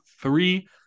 three